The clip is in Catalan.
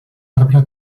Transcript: arbre